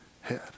head